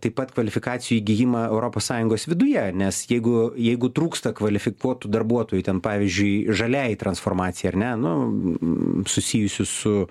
taip pat kvalifikacijų įgijimą europos sąjungos viduje nes jeigu jeigu trūksta kvalifikuotų darbuotojų ten pavyzdžiui žaliąjai transformacijai ar ne nu m susijusius su